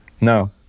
No